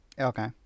Okay